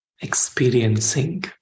experiencing